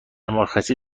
مرخصی